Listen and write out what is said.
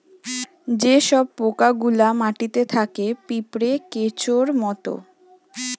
যে সব পোকা গুলা মাটিতে থাকে পিঁপড়ে, কেঁচোর মত